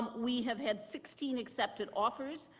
we have had sixteen accepted officers.